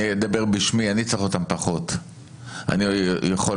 אני אדבר בשמי, אני צריך אותם פחות.